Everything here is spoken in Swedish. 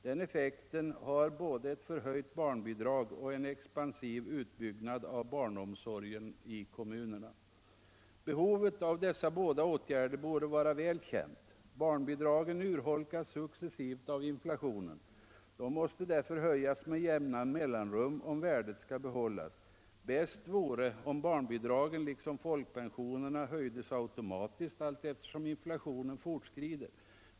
Den effekten har både ett förhöjt barnbidrag och en expansiv utbyggnad av barnomsorgen i kommunerna. Behovet av dessa båda åtgärder borde vara väl känt. Barnbidragen urholkas successivt av inflationen. De måste därför höjas med jämna mellanrum om värdet skall bibehållas. Bäst vore om barnbidragen liksom folkpensionerna höjdes automatiskt allteftersom inflationen fortskrider.